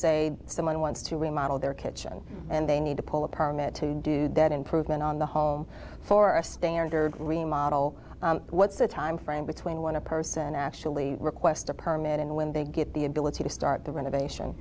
say someone wants to remodel their kitchen and they need to pull a permit to do that improvement on the hall for a standard remodel what's the timeframe between one a person actually request a permit and when they get the ability to start the renovation